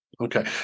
Okay